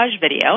video